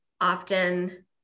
often